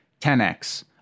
10x